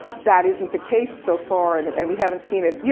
that isn't the case so far. and and we haven't seen it. yeah